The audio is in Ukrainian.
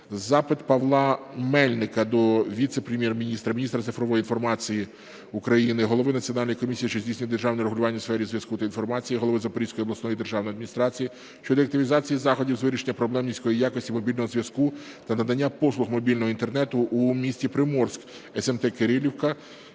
Запит Павла Мельника до віце-прем'єр-міністра - міністра цифрової трансформації України, Голови Національної комісії, що здійснює державне регулювання у сфері зв'язку та інформатизації, голови Запорізької обласної державної адміністрації щодо активізації заходів з вирішення проблеми низької якості мобільного зв'язку та надання послуг мобільного інтернету у місті Приморськ, смт. Кирилівка,